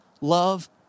love